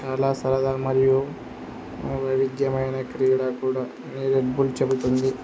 చాలా సరదా మరియు వైవిద్యమైన క్రీడ కూడా న రెడ్బులు చెబుతుంది